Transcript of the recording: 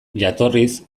jatorriz